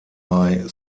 bei